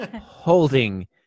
holding